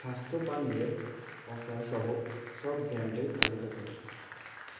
স্বাস্থ্য পানীয়ের অফার সহ সব ব্র্যান্ডের তালিকা করো